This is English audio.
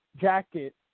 jacket